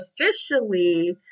officially